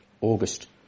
August